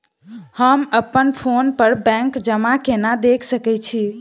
हम अप्पन फोन पर बैंक जमा केना देख सकै छी?